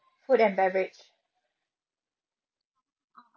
food and beverage